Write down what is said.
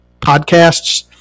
podcasts